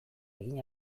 egin